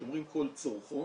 כשאומרים כל צורכו